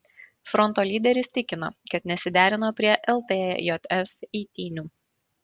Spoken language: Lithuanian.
fronto lyderis tikino kad nesiderino prie ltjs eitynių